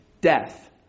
death